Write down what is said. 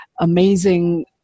amazing